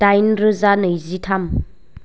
दाइनरोजा नैजिथाम